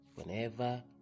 whenever